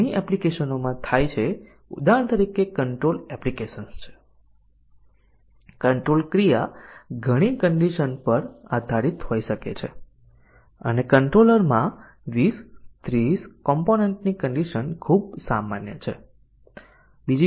તેથી decision coverage testing સાથે basic condition સાથેનો મુખ્ય વિચાર એ છે કે તે બેઝીક કન્ડિશન ની ચકાસણીને સુનિશ્ચિત કરે છે અને ડીસીઝન ટેસ્ટીંગ ડીસીઝન કવરેજ સુનિશ્ચિત કરવા માટે ટેસ્ટીંગ ના કેસ પણ ધરાવે છે